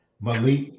Malik